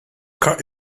cut